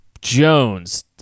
Jones